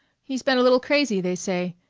he's been a little crazy, they say,